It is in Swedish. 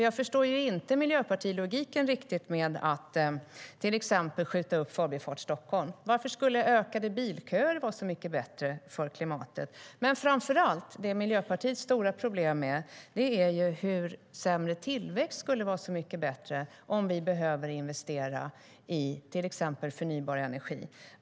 Jag förstår inte riktigt miljöpartilogiken med att till exempel skjuta upp Förbifart Stockholm. Varför skulle ökade bilköer vara så mycket bättre för klimatet? Framför allt är Miljöpartiets stora problem hur sämre tillväxt skulle vara så mycket bättre om vi behöver investera i till exempel förnybar energi.